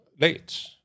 late